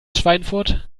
schweinfurt